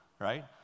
right